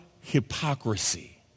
hypocrisy